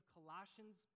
Colossians